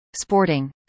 sporting